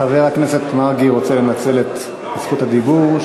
חבר הכנסת מרגי רוצה לנצל את זכות הדיבור.